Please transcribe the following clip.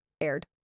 aired